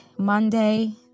Monday